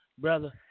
Brother